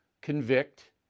convict